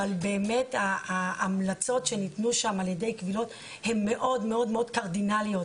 אבל באמת ההמלצות שניתנו שם על ידי קבילות הן מאוד מאוד קרדינליות,